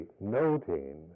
noting